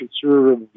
conservative